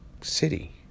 city